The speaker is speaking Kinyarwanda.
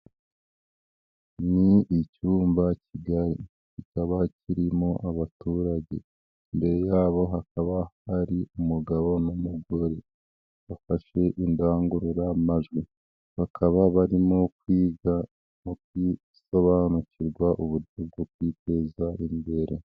Ni icyumba kigari, kikaba kirimo abaturage imbere yabo hakaba hari umugabo n'umugore bafashe indangururamajwi bakaba barimo kwiga no gusobanukirwa uburyo bwo kwiteza imbere.